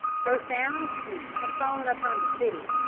profound sleep had fallen upon the city.